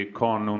con